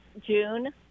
June